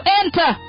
enter